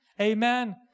Amen